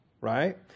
right